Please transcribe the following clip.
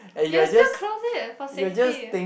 you will still close it for safety